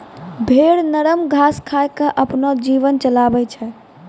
भेड़ नरम घास खाय क आपनो जीवन चलाबै छै